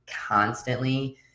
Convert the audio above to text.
constantly